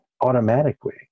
automatically